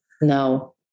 No